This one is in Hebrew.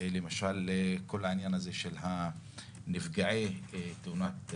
למשל כל העניין הזה של נפגעי תאונות עבודה,